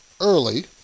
early